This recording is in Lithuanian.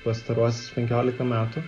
pastaruosius penkiolika metų